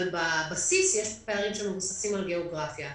אבל בבסיס יש פערים שמבוססים על גאוגרפיה.